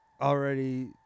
already